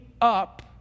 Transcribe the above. up